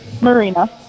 Marina